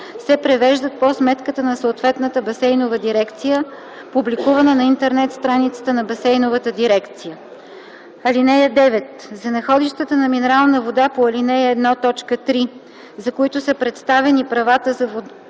се превеждат по сметката на съответната басейнова дирекция, публикувана на интернет страницата на басейновата дирекция. (9) За находищата на минерална вода по ал. 1, т. 3, за които са предоставени права за водовземане